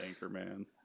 Anchorman